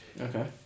Okay